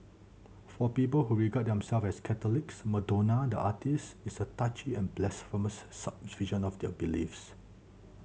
for people who regard themselves as Catholics Madonna the artiste is a touchy and blasphemous subversion of their beliefs